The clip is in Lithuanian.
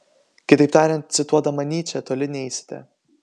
kitaip tariant cituodama nyčę toli neisite